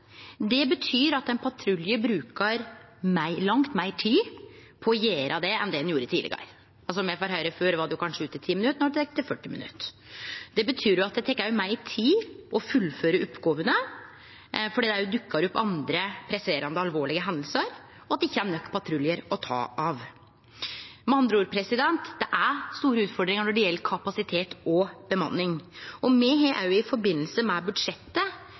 betyr at ein patrulje brukar langt meir tid på å gjere det enn det ein gjorde tidlegare. Me får høyre at det før kanskje tok ti minutt, men no tek det 40 minutt. Det betyr òg at det tek meir tid å fullføre oppgåvene, fordi det dukkar opp andre presserande og alvorlege hendingar, og det ikkje er nok patruljar å ta av. Med andre ord: Det er store utfordringar når det gjeld kapasitet og bemanning. Me har i samband med budsjettet